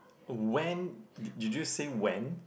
when did did you say when